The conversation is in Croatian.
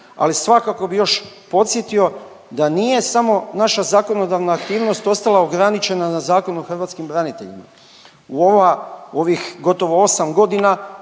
Ali svakako bi još podsjetio da nije samo naša zakonodavna aktivnost ostala ograničena na Zakon o hrvatskim braniteljima. U ova, ovih gotovo 8 godina,